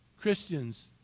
Christians